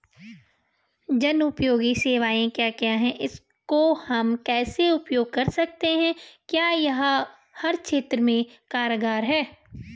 जनोपयोगी सेवाएं क्या क्या हैं इसको हम कैसे उपयोग कर सकते हैं क्या यह हर क्षेत्र में कारगर है?